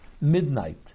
midnight